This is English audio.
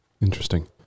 interesting